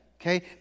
okay